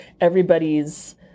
Everybody's